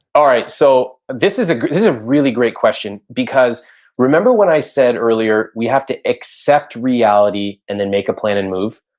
alright. so this is ah is a really great question because remember when i said earlier, we have to accept reality, and then make a plan and move?